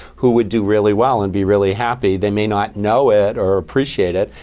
who would do really well, and be really happy. they may not know it, or appreciate it.